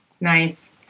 Nice